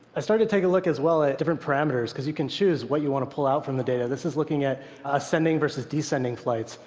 i started taking a look as well at different perimeters, because you can choose what you want to pull out from the data. this is looking at ascending versus descending flights.